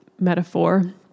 metaphor